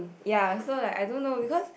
ya so like I don't know because